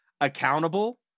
accountable